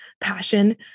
passion